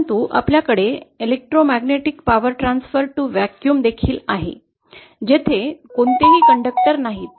परंतु नंतर आपल्याकडे व्हॅक्यूममध्ये विद्युत चुंबकीय शक्ती हस्तांतरण देखील आहे जेथे कोणतेही कंडक्टर नाहीत